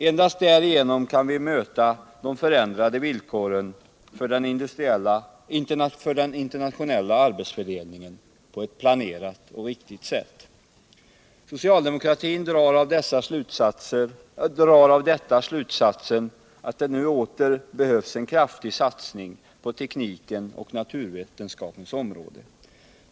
Endast därigenom kan vi möta de förändrade villkoren för den internationella arbetsfördelningen på ett planerat sätt. Socialdemokratin drar av detta slutsatsen, att det nu åter behövs en kraftig satsning på teknikens och naturvetenskapens område.